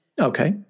Okay